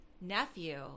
nephew